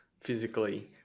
physically